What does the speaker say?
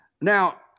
Now